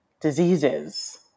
diseases